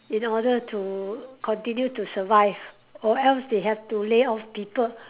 in order to continue to survive or else they have to lay off people